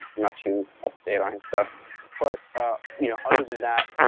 not to state on his stuff but ah you know other than that,